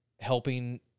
helping